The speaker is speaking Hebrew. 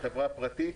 היא חברה פרטית.